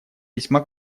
весьма